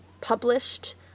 published